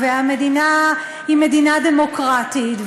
והמדינה היא מדינה דמוקרטית,